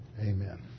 Amen